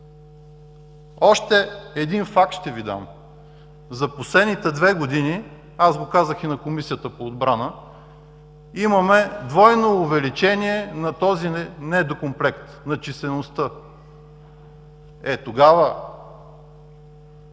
Още един факт ще Ви дам. За последните две години – казах го и в Комисията по отбрана – имаме двойно увеличение на този недокомплект, на числеността. Е, тогава